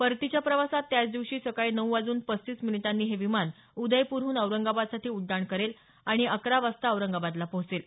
परतीच्या प्रवासात त्याच दिवशी सकाळी नऊ वाजून पस्तीस मिनिटांनी हे विमान उदयपूरहून औरंगाबादसाठी उड्डाण करेल आणि अकरा वाजता औरंगाबादला पोहचेल